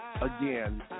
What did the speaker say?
again